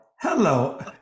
hello